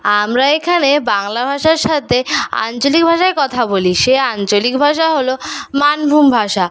আমরা এখানে বাংলা ভাষার সাথে আঞ্চলিক ভাষাতে কথা বলি সে আঞ্চলিক ভাষা হল মানভূম ভাষা